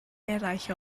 eraill